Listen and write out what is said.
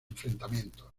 enfrentamientos